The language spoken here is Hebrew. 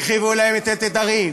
הרחיבו להם את התדרים.